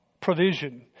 provision